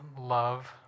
love